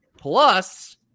plus